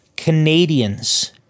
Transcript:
Canadians